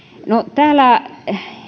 täällä